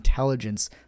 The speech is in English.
intelligence